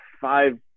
five